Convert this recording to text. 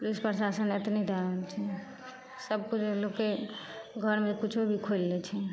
police प्रशासन लए एतनी डर छै ने सब किछुमे लोककेँ घरमे से किछु भी खोलि लै छै